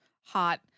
hot